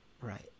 right